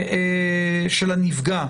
של הנפגע,